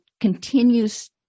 continues